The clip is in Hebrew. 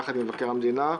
ביחד עם מבקר המדינה,